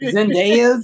Zendaya